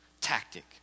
tactic